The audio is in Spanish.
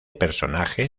personaje